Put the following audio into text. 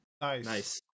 Nice